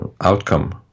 outcome